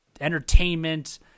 entertainment